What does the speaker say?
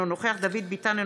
אינו נוכח דוד ביטן,